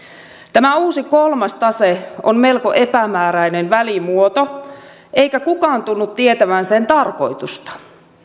tämä uusi kolmas tase on melko epämääräinen välimuoto eikä kukaan tunnu tietävän sen tarkoitusta